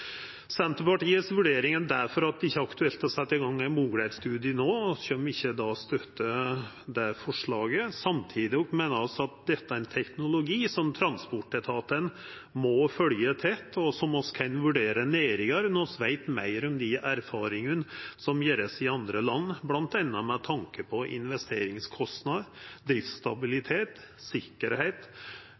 Senterpartiets vurdering er difor at det ikkje er aktuelt å setja i gang ein muligheitsstudie no, og vi kjem ikkje til å støtta forslaget. Samtidig meiner vi at dette er ein teknologi som transportetatane må følgja tett, og som vi kan vurdera nærare når vi veit meir om dei erfaringane som vert gjorde i andre land, bl.a. med tanke på investeringskostnader, driftsstabilitet, sikkerheit,